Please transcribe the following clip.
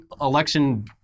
election